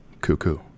Cuckoo